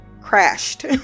crashed